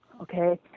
okay